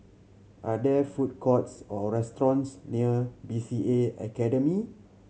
are there food courts or restaurants near B C A Academy